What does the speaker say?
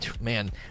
man